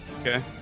Okay